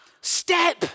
step